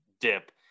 dip